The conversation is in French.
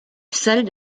celle